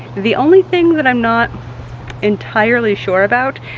the only thing that i'm not entirely sure about,